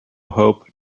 hope